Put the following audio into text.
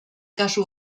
kasu